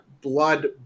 blood